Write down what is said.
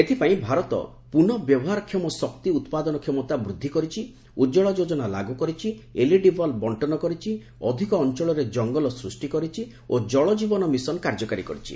ଏଥିପାଇଁ ଭାରତ ପୁନର୍ବ୍ୟବହାରକ୍ଷମ ଶକ୍ତି ଉତ୍ପାଦନ କ୍ଷମତା ବୃଦ୍ଧି କରିଛି ଉଜ୍ଜୁଳା ଯୋଜନା ଲାଗୁ କରିଛି ଏଲ୍ଇଡି ବଲ୍ବ ବଣ୍ଟନ କରିଛି ଅଧିକ ଅଞ୍ଚଳରେ ଜଙ୍ଗଲ ସୃଷ୍ଟି କରିଛି ଓ ଜଳଜୀବନ ମିଶନ କାର୍ଯ୍ୟକାରୀ କରିଛି